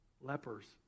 lepers